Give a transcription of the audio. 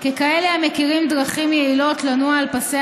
ככאלה המכירים דרכים יעילות לנוע על פסי